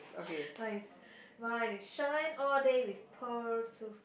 mine is mine is shine all day with pearl tooth